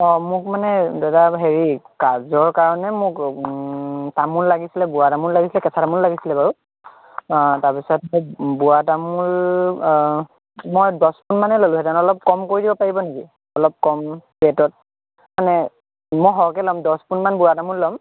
অঁ মোক মানে দাদা হেৰি কাজৰ কাৰণে মোক তামোল লাগিছিলে বুঢ়া তামোল লাগিছিল কেঁচা তামোল লাগিছিল বাৰু তাৰপিছত মোক বুঢ়া তামোল মই দহ পোন মানেই ললোঁহেঁতেন অলপ কম কৰি দিব পাৰিব নেকি অলপ কম ৰে'টত মানে মই সৰহকৈ ল'ম দহ পোনমান বুঢ়া তামোল ল'ম